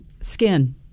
Skin